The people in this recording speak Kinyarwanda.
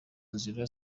nzira